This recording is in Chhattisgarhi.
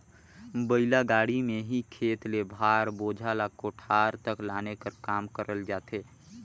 बइला गाड़ी मे ही खेत ले भार, बोझा ल कोठार तक लाने कर काम करल जाथे